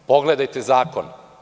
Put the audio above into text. Pogledajte zakon.